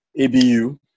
ABU